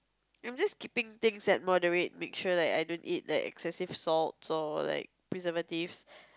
I'm just keeping things at moderate make sure like don't eat like excessive salts or like preservatives